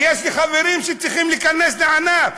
כי יש לי חברים שצריכים להיכנס לענף.